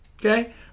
okay